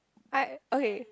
I okay